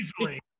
easily